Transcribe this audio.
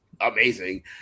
amazing